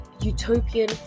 utopian